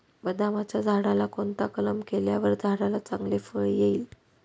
बदामाच्या झाडाला कोणता कलम केल्यावर झाडाला चांगले फळ येईल?